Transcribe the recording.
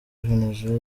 venezuela